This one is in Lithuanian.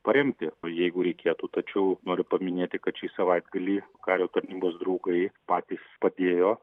paremti o jeigu reikėtų tačiau noriu paminėti kad šį savaitgalį kario tarnybos draugai patys padėjo